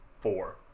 four